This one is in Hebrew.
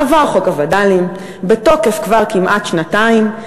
עבר חוק הווד"לים, בתוקף כבר כמעט שנתיים.